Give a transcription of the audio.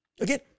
Again